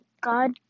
God